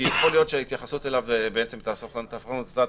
כי יכול להיות שההתייחסות אליו בעצם תהפוך לנו את הצעת